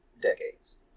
decades